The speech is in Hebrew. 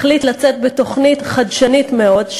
החליט לצאת בתוכנית חדשנית מאוד,